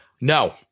No